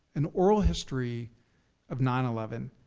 an aural history of nine eleven.